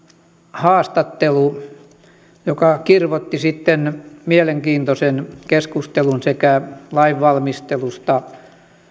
haastattelu joka kirvoitti sitten mielenkiintoisen keskustelun sekä lainvalmistelusta